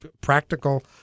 practical